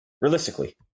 Realistically